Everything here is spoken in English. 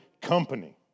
company